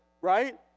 right